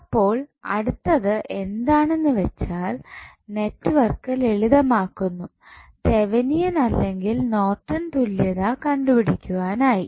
അപ്പോൾ അടുത്തത് എന്താണെന്ന് വെച്ചാൽ നെറ്റ്വർക്ക് ലളിതമാക്കുന്നു തെവനിയൻ അല്ലെങ്കിൽ നോർട്ടൻ തുല്യതാ കണ്ടുപിടിക്കുവാനായി